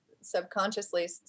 subconsciously